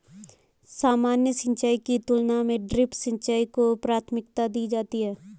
सामान्य सिंचाई की तुलना में ड्रिप सिंचाई को प्राथमिकता दी जाती है